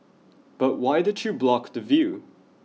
but why did you block the view